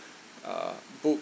uh book